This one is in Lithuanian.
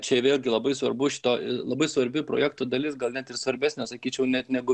čia vėlgi labai svarbu šito labai svarbi projekto dalis gal net ir svarbesnė sakyčiau net negu